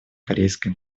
корейской